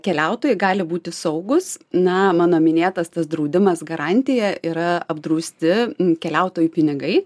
keliautojai gali būti saugūs na mano minėtas tas draudimas garantija yra apdrausti keliautojų pinigai